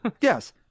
Yes